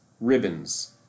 ribbons